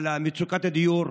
על מצוקת הדיור,